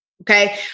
Okay